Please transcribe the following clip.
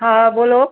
હા બોલો